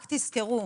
רק תזכרו,